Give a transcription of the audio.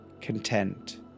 content